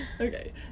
Okay